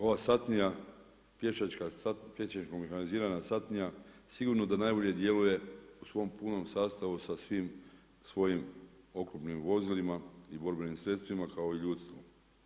Ova satnija pješačka, pješačko mehanizirana satnija sigurno da najbolje djeluje u svom punom sastavu sa svim svojim oklopnim vozilima i borbenim sredstvima kao i ljudstvu.